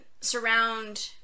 surround